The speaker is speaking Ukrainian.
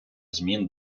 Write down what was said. змін